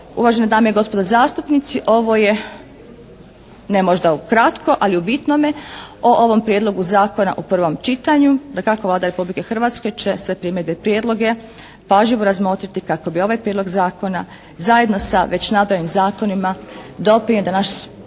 Uvažene dame i gospodo zastupnici, ovo je ne možda ukratko ali u bitnome o ovom prijedlogu zakona u prvom čitanju. Dakako Vlada Republike Hrvatske će sve primjedbe i prijedloge pažljivo razmotriti kako bi ovaj prijedlog zakona zajedno sa već nabrojenim zakonima doprinjeo da naš sigurnosni